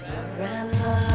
Forever